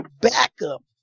backup